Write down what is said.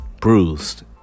bruised